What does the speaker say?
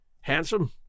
Handsome